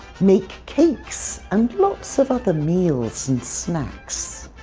make cakes and lots of other meals and snacks.